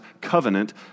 covenant